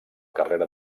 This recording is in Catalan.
carrera